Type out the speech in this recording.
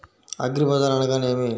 అగ్రిబజార్ అనగా నేమి?